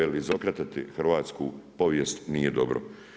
Jer izokretati hrvatsku povijest nije dobro.